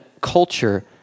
culture